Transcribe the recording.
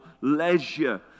leisure